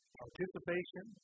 participation